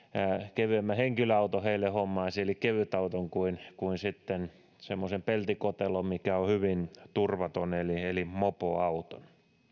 kevyemmän henkilöauton heille hommaisin eli kevytauton kuin kuin sitten semmoisen peltikotelon mikä on hyvin turvaton eli eli mopoauton